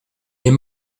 est